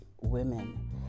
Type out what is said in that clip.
women